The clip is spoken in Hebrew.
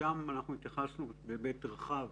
שם התייחסנו בהיבט רחב